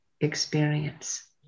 experience